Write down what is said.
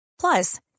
Plus